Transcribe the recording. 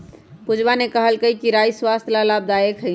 पूजवा ने कहल कई कि राई स्वस्थ्य ला लाभदायक हई